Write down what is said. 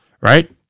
Right